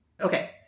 Okay